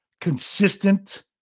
consistent